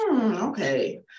Okay